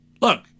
Look